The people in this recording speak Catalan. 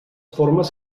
formes